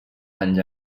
anys